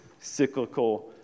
cyclical